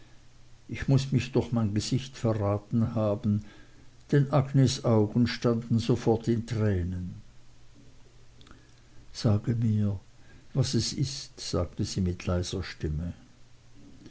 ich muß mich durch mein gesicht verraten haben denn agnes augen standen sofort in tränen sage mir was es ist sagte sie mit leiser stimme